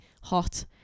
hot